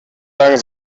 lang